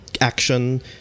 action